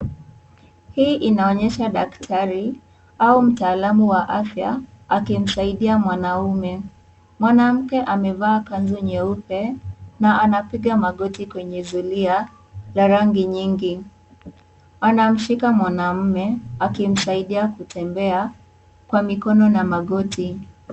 Hii inaonyesha daktari au mtaalamu wa afya akimsaidia mwanaume mwanaume amevaa kanzu nyeupe na anapiga magoti kwenye zulia la rangi nyingi, anamshika mwanaume akimsaidia kutembea kwa mikono na magoti.